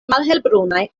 malhelbrunaj